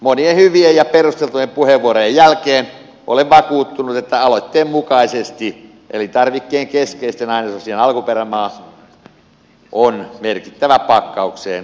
monien hyvien ja perusteltujen puheenvuorojen jälkeen olen vakuuttunut että aloitteen mukaisesti elintarvikkeen keskeisten ainesosien alkuperämaa on merkittävä pakkaukseen